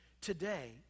today